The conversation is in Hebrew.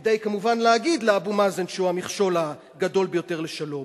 כדי כמובן להגיד לאבו מאזן שהוא המכשול הגדול ביותר לשלום.